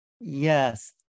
Yes